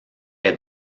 est